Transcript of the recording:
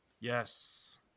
Yes